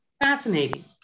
fascinating